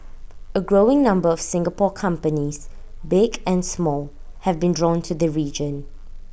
A growing number of Singapore companies big and small have been drawn to the region